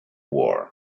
war